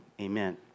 amen